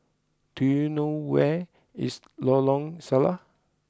do you know where is Lorong Salleh